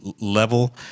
level